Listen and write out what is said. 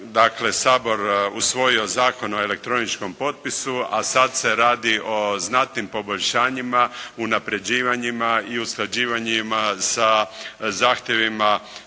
Sabor usvojio Zakon o elektroničkom potpisu, a sad se radi o znatnim poboljšanjima, unaprjeđivanjima i usklađivanjima sa zahtjevima